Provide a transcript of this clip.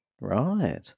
Right